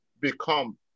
become